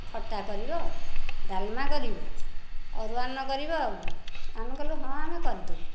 ଖଟା କରିବ ଡାଲମା କରିବ ଅରୁଆ ଅନ୍ନ କରିବ ଆଉ କ'ଣ ଆମେ କହିଲୁ ହଁ ଆମେ କରିଦେବୁ